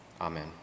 amen